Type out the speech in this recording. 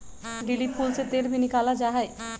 lily फूल से तेल भी निकाला जाहई